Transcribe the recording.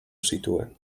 zituen